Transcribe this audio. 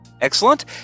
Excellent